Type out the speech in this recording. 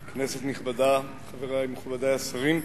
כנסת נכבדה, חברי מכובדי השרים,